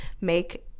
make